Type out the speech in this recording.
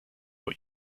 vor